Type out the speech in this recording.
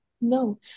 No